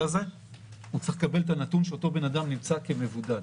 הזה צריך לקבל את הנתון שאותו בן אדם נמצא כמבודד.